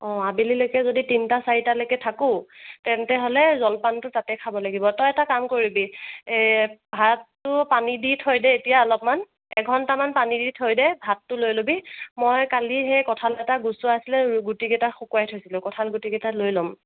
অঁ আবেলিলৈকে যদি তিনিটা চাৰিটা লেকে থাকো তেন্তেহ'লে জলপানটো তাতে খাব লাগিব তই এটা কাম কৰিবি ভাতটো পানী দি থৈ দে এতিয়া অলপমান এঘন্টামান পানী দি থৈ দে ভাতটো লৈ ল'বি মই কালি সেই কঁঠাল এটা গুচোৱা আছিলে গুটিকেইটা শুকুৱাই থৈছিলোঁ কঁঠালগুটি কেইটা লৈ ল'ম